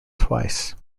twice